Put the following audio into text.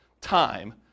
Time